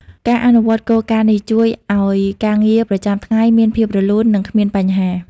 ការអនុវត្តន៍គោលការណ៍នេះជួយឲ្យការងារប្រចាំថ្ងៃមានភាពរលូន និងគ្មានបញ្ហា។